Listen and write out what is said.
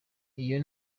iyo